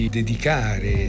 dedicare